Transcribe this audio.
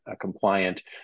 compliant